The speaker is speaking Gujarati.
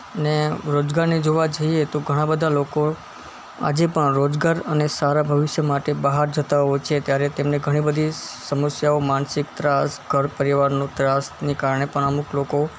ને રોજગારને જોવા જઈએ તો ઘણાં બધા લોકો આજે પણ રોજગાર અને સારા ભવિષ્ય માટે બહાર જતા હોય છે ત્યારે તેમને ઘણી બધી સમસ્યાઓ માનસિક ત્રાસ ઘર પરિવારનો ત્રાસને કારણે પણ અમુક લોકો